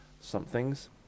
somethings